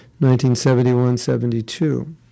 1971-72